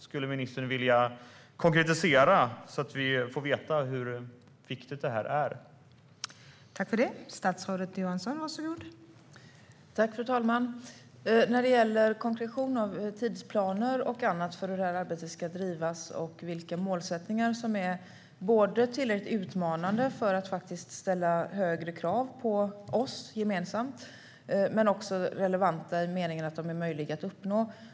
Skulle ministern vilja konkretisera så att vi får veta hur viktigt man anser att det här är?